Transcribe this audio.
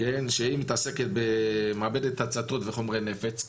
שהיא מתעסקת במעבדת הצתות וחומרי נפץ,